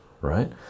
right